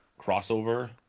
crossover